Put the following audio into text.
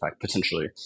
potentially